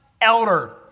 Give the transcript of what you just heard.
elder